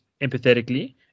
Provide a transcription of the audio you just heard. empathetically